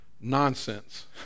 nonsense